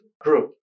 group